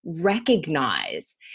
recognize